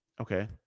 Okay